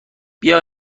بیا